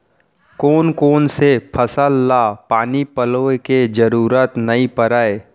कोन कोन से फसल ला पानी पलोय के जरूरत नई परय?